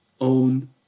own